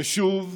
שוב,